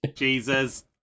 Jesus